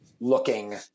looking